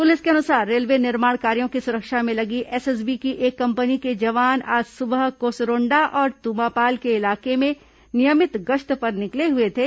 police के अनुसार railway निर्माण कार्यों की सुरक्षा में लगी एसएसबी की एक कंपनी के जवान आज सुबह कोसरोंडा और तुमापाल को इलाके में नियमित गश्त पर निकले हुए थे